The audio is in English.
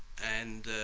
and